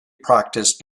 practiced